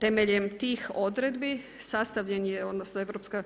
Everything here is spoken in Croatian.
Temeljem tih odredbi sastavljen je, odnosno Europska